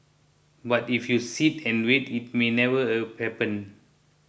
but if you sit and wait it may never a happen